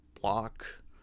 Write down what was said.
block